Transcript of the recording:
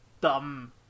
dumb